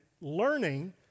learning